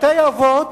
בתי-אבות,